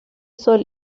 sol